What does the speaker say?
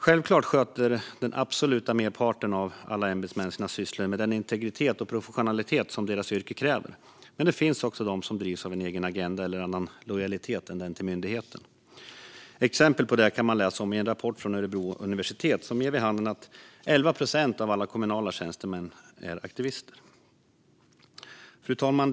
Självklart sköter den absoluta merparten av alla ämbetsmän sina sysslor med den integritet och professionalitet som deras yrke kräver, men det finns också de som drivs av en egen agenda eller annan lojalitet än den till myndigheten. Exempel på detta kan man läsa om i en rapport från Örebro universitet, som ger vid handen att 11 procent av alla kommunala tjänstemän är aktivister. Fru talman!